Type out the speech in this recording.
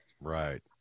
Right